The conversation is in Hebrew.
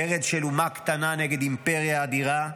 מרד של אומה קטנה נגד אימפריה אדירה,